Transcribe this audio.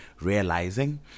realizing